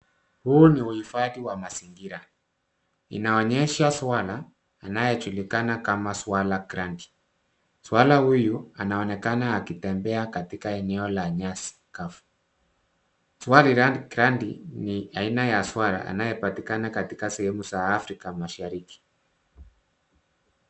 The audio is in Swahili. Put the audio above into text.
Huu ni uhifadhi wa mazingira. Inaonesha swala anayejulikana kama swala granti. Swala huyu anaonekana akitembea katika eneo la nyasi kavu. Swala granti ni aina ya swara anayepatikana katika sehemu za Afrika mashariki.